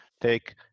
take